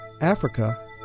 Africa